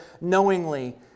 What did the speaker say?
knowingly